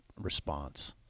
response